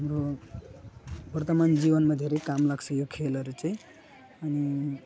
हाम्रो वर्तमान जीवनमा धेरै काम लाग्छ यो खेलहरू चाहिँ अनि